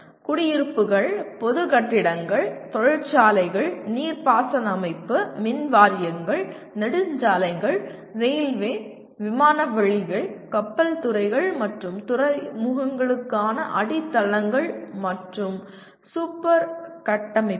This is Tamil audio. குடியிருப்புகள் பொது கட்டிடங்கள் தொழிற்சாலைகள் நீர்ப்பாசன அமைப்பு மின்வாரியங்கள் நெடுஞ்சாலைகள் ரயில்வே விமானவழிகள் கப்பல்துறைகள் மற்றும் துறைமுகங்களுக்கான அடித்தளங்கள் மற்றும் சூப்பர் கட்டமைப்புகள்